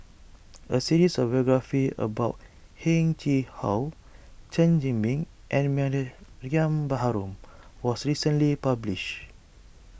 a series of biographies about Heng Chee How Chen Zhiming and Mariam Baharom was recently published